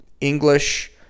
English